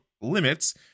limits